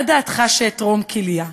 מה דעתך שאתרום כליה?